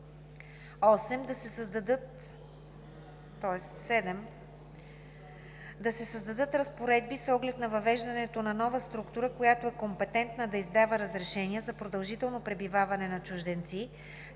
7. Да се създадат разпоредби с оглед на въвеждането на нова структура, която е компетентна да издава разрешения за продължително пребиваване на чужденци